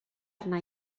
arna